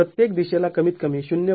तर प्रत्येक दिशेला कमीत कमी ०